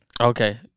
Okay